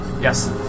Yes